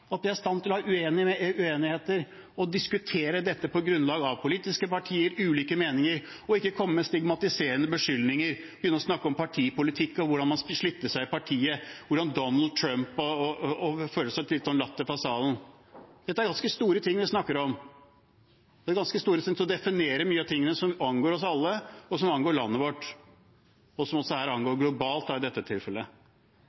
at vi er i stand til å ha uenigheter og diskutere dette på grunnlag av politiske partier og ulike meninger, og ikke komme med stigmatiserende beskyldninger, begynne å snakke om partipolitikk og hvordan man splitter parti, som Donald Trump, med litt latter fra salen. Det er ganske store ting vi snakker om, som definerer mye av det som angår oss alle, og som angår landet vårt – og i dette tilfellet også angår